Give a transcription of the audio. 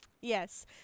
Yes